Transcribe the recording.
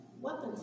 Weapons